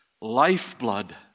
lifeblood